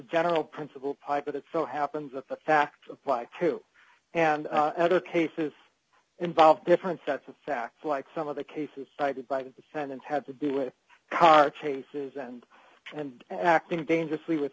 general principle pipe but it's so happens that the facts apply to other cases involve different sets of facts like some of the cases cited by the defendants have to do with car chases and and acting dangerously with